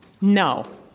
No